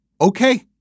okay